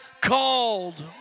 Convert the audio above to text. called